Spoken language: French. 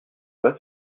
pas